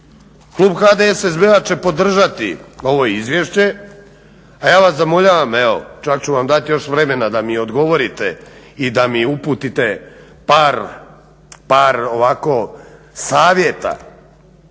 Klub HDSSB-a će podržati ovo izvješće a ja vas zamoljavam čak ću vam dati još vremena da mi odgovorite i da mi uputite par ovako